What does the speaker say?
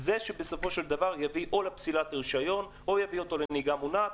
זה בסופו של דבר יביא או לפסילת רישיון או יביא אותו לנהיגה מונעת,